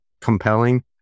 compelling